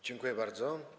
Dziękuję bardzo.